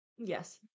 Yes